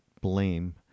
blame